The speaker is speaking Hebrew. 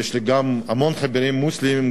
יש לי המון חברים מוסלמים,